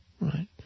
right